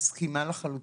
מסכימה לחלוטין.